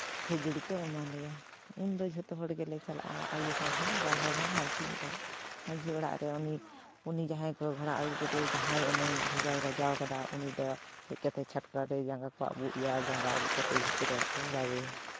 ᱠᱷᱟᱹᱡᱟᱹᱲᱤ ᱠᱚ ᱮᱢᱟ ᱞᱮᱭᱟ ᱩᱱᱫᱚ ᱡᱷᱚᱛᱚ ᱦᱚᱲ ᱜᱮᱞᱮ ᱪᱟᱞᱟᱜᱼᱟ ᱟᱹᱭᱩ ᱦᱚᱲ ᱦᱚᱸ ᱵᱟᱵᱟ ᱦᱚᱲ ᱦᱚᱸ ᱢᱟᱹᱡᱷᱤ ᱚᱲᱟᱜ ᱢᱟᱹᱡᱷᱤ ᱚᱲᱟᱜ ᱨᱮ ᱩᱱᱤ ᱡᱟᱦᱟᱸᱭ ᱠᱚ ᱜᱷᱚᱲᱟ ᱟᱹᱜᱩ ᱠᱮᱫᱮ ᱡᱟᱦᱟᱸᱭ ᱚᱱᱮ ᱵᱷᱮᱡᱟᱭ ᱵᱟᱡᱟᱣ ᱠᱟᱫᱟ ᱩᱱᱤ ᱫᱚ ᱦᱮᱡ ᱠᱟᱛᱮᱫ ᱪᱷᱟᱴᱠᱟᱨᱮ ᱡᱟᱸᱜᱟ ᱠᱚ ᱟᱹᱵᱩᱠ ᱮᱭᱟ ᱡᱟᱸᱜᱟ ᱟᱹᱵᱩᱠ ᱠᱟᱛᱮᱫ ᱵᱷᱤᱛᱨᱤ ᱚᱲᱟᱜ ᱠᱚ ᱵᱟᱭᱮᱭᱟ